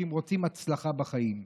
שאם רוצים הצלחה בחיים,